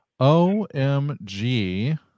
OMG